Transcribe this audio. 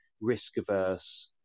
risk-averse